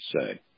say